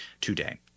today